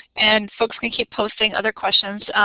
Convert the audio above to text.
and folks can keep posting other questions.